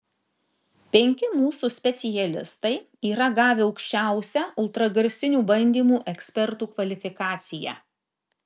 penki mūsų specialistai yra gavę aukščiausią ultragarsinių bandymų ekspertų kvalifikaciją